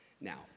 Now